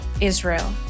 Israel